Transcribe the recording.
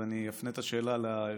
אז אולי אני אפנה את השאלה ליושב-ראש.